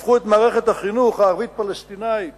הפכו את מערכת החינוך הערבית הפלסטינית